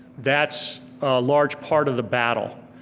that's a large part of the battle.